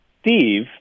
Steve